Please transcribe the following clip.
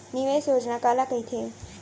निवेश योजना काला कहिथे?